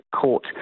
Court